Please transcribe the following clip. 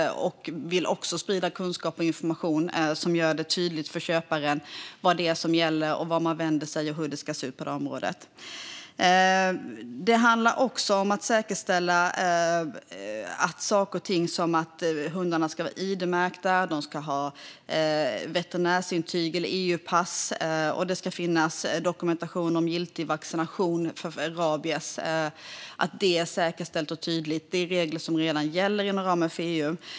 De vill sprida kunskap och information som gör det tydligt för köparen vad det är som gäller, vart man vänder sig och hur det ska se ut på området. Det handlar också om att säkerställa att hundarna är id-märkta. De ska ha veterinärintyg eller EU-pass, och det ska finnas dokumentation om giltig vaccination mot rabies. Det ska vara säkerställt och tydligt. Det är regler som redan gäller inom ramen för EU.